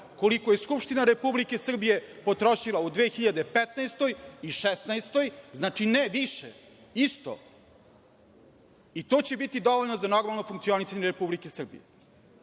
koliko je Skupština Republike Srbije potrošila u 2015. i 2016. godini, znači ne više, isto, i to će biti dovoljno za normalno funkcionisanje Republike Srbije. Srpska